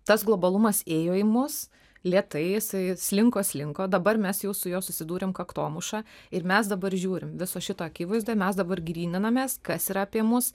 tas globalumas ėjo į mus lėtai jisai slinko slinko dabar mes jau su juo susidūrėm kaktomuša ir mes dabar žiūrim viso šito akivaizdoj mes dabar gryninamės kas yra apie mus